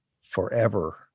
forever